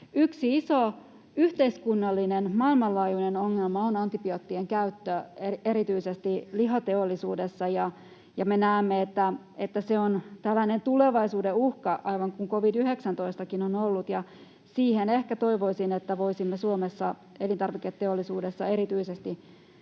Yksi iso yhteiskunnallinen, maailmanlaajuinen ongelma on antibioottien käyttö erityisesti lihateollisuudessa. Me näemme, että se on tällainen tulevaisuuden uhka aivan kuin covid-19:kin on ollut, ja siihen ehkä toivoisin, että voisimme Suomessa elintarviketeollisuudessa erityisesti